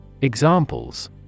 Examples